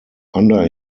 under